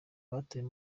abatawe